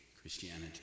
Christianity